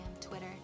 Twitter